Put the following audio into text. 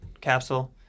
capsule